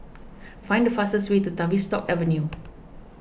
find the fastest way to Tavistock Avenue